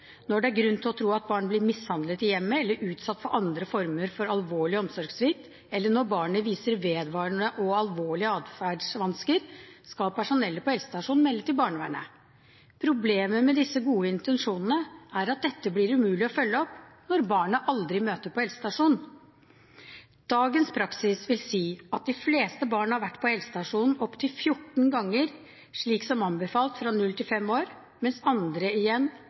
Når det er grunn til å tro at barn blir mishandlet i hjemmet eller utsatt for andre former for alvorlig omsorgssvikt, eller når barnet viser vedvarende og alvorlige atferdsvansker, skal personellet på helsestasjonen melde til barnevernet.» Problemet med disse gode intensjonene er at dette blir umulig å følge opp når barnet aldri møter på helsestasjonen. Dagens praksis vil si at de fleste barn har vært på helsestasjonen opp til 14 ganger, slik som anbefalt fra null til fem år, mens andre igjen